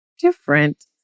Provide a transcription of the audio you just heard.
different